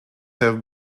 have